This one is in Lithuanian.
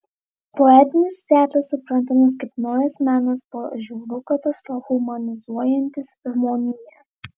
poetinis teatras suprantamas kaip naujas menas po žiaurių katastrofų humanizuojantis žmoniją